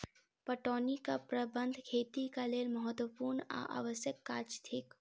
पटौनीक प्रबंध खेतीक लेल महत्त्वपूर्ण आ आवश्यक काज थिक